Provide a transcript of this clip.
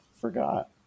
forgot